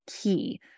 key